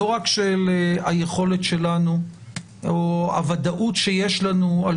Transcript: לא רק של היכולת שלנו או הוודאות שיש לנו על